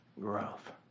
growth